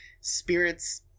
spirits